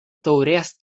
taurės